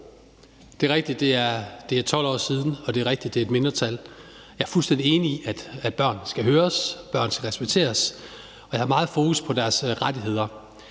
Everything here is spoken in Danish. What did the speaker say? Det er rigtigt, at det er 12 år siden, og det er også rigtigt, at det er et mindretal. Jeg er fuldstændig enig i, at børn skal høres, og at børn skal respekteres, og jeg har meget fokus på deres rettigheder.